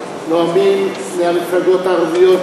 נואמים מהמפלגות הערביות,